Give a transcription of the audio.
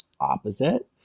opposite